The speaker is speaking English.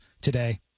today